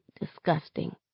disgusting